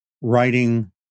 writing